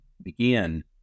Begin